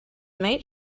mate